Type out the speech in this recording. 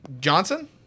Johnson